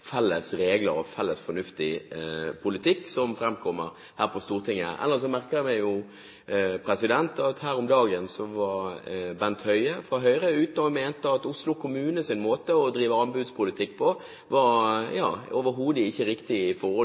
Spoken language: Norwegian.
felles regler og felles fornuftig politikk, som framkommer her på Stortinget. Ellers merket jeg meg at her om dagen var Bent Høie fra Høyre ute og mente at Oslo kommunes måte å drive anbudspolitikk på overhodet ikke var riktig i forhold